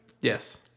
Yes